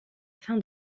fin